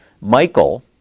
Michael